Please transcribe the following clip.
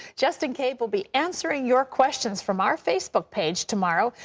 justin cave will be answering your questions from our facebook page tomorrow.